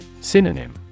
Synonym